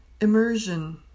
Immersion